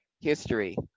history